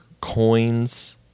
coins